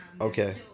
Okay